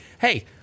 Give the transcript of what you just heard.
hey